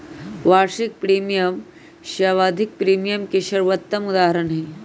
वार्षिक प्रीमियम आवधिक प्रीमियम के सर्वोत्तम उदहारण हई